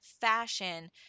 fashion